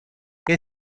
que